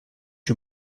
you